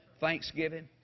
Thanksgiving